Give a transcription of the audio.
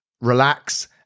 relax